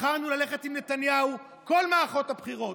בחרנו ללכת עם נתניהו בכל מערכות הבחירות,